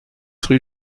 rue